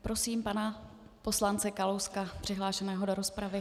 Prosím pana poslance Kalouska, přihlášeného do rozpravy.